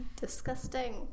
Disgusting